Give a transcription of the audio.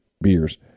beers